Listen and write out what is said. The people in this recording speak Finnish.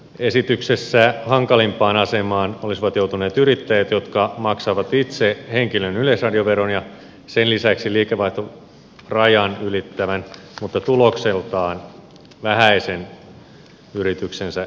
esityksessä hankalimpaan asemaan olisivat joutuneet yrittäjät jotka maksavat itse henkilön yleisradioveron ja sen lisäksi liikevaihtorajan ylittävän mutta tulokseltaan vähäisen yrityksensä yleisradioveron